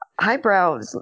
highbrow